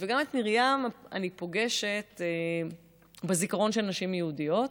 וגם את מרים אני פוגשת בזיכרון של נשים יהודיות,